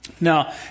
Now